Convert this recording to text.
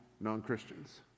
non-Christians